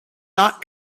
not